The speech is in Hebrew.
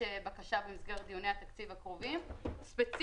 במסגרת דיוני התקציב הקרובים אנחנו מתכוונים